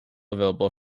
available